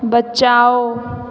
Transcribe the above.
बचाओ